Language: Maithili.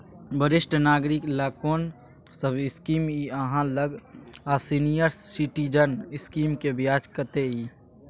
वरिष्ठ नागरिक ल कोन सब स्कीम इ आहाँ लग आ सीनियर सिटीजन स्कीम के ब्याज कत्ते इ?